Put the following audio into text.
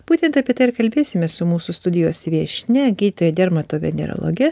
būtent bet ar kalbėsimės su mūsų studijos viešnia gydytoja dermatovenerologe